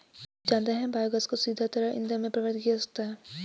क्या आप जानते है बायोमास को सीधे तरल ईंधन में परिवर्तित किया जा सकता है?